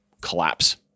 collapse